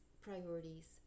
priorities